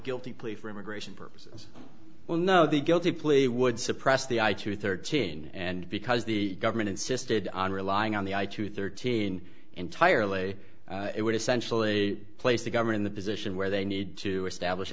guilty plea for immigration purposes well no the guilty plea would suppress the i two thirteen and because the government insisted on relying on the eye to thirteen entirely it would essentially place the govern in the position where they need to establish